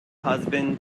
husband